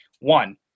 One